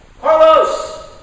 Carlos